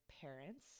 parents